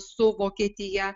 su vokietija